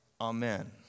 Amen